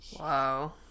wow